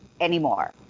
anymore